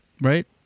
Right